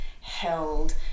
held